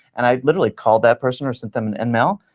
and i literally called that person, or sent them an email,